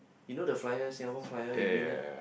you know the flyers Singapore Flyer you been there